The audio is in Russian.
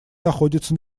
находится